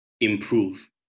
improve